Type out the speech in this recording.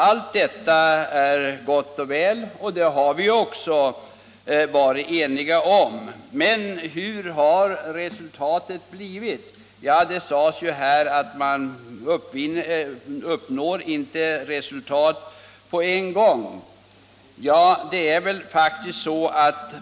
Allt detta är gott och väl, och vi har också varit eniga om dessa åtgärder. Men hur har resultatet blivit? Justitieministern sade att man inte uppnår resultat på en gång.